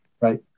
Right